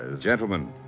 Gentlemen